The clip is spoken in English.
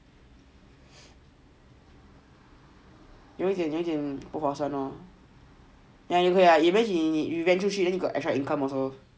有一点有一点不划算 lor even if you rent 出去 got extra income also